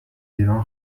ایران